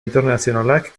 internazionalak